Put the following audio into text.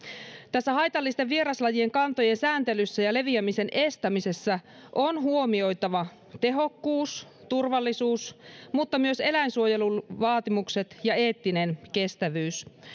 tässä haitallisten vieraslajien kantojen sääntelyssä ja leviämisen estämisessä on huomioitava tehokkuus ja turvallisuus mutta myös eläinsuojelun vaatimukset ja eettinen kestävyys